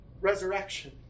resurrection